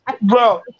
bro